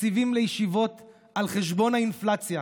תקציבים לישיבות על חשבון האינפלציה.